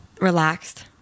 relaxed